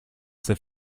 ces